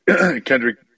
Kendrick